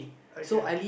I care